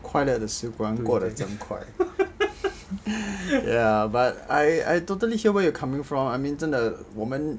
快乐的时光过得这样真快 ya but I I totally hear where you're coming from I mean 真的我们